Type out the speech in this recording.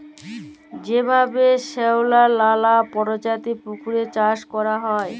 যেভাবে শেঁওলার লালা পরজাতির পুকুরে চাষ ক্যরা হ্যয়